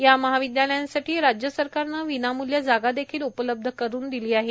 या महाविद्यालयांसाठी राज्य सरकारनं विनामूल्य जागादेखील उपलब्ध करुन दिली आहे